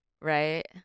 right